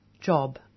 job